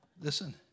Listen